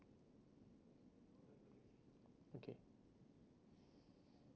okay